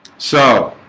so